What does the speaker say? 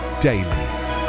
daily